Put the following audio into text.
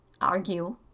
argue